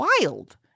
wild